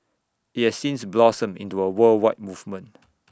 IT has since blossomed into A worldwide movement